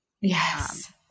yes